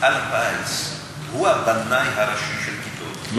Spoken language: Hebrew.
מפעל הפיס הוא הבנאי הראשי של כיתות,